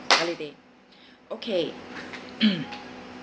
holiday okay